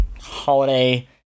holiday